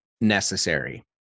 necessary